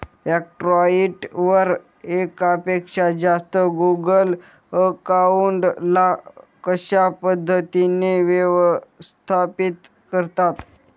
Android वर एकापेक्षा जास्त गुगल अकाउंट ला कशा पद्धतीने व्यवस्थापित करता?